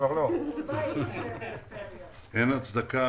אין הצדקה